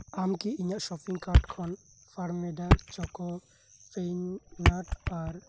ᱟᱢᱠᱤ ᱤᱧᱟᱹᱜ ᱥᱚᱯᱤᱝ ᱠᱟᱰᱠᱷᱚᱱ ᱯᱟᱨᱢᱮᱰᱟ ᱪᱚᱠᱚ ᱯᱷᱮᱱ ᱱᱩᱴ ᱟᱨ